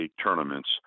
tournaments